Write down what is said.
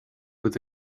with